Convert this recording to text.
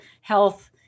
health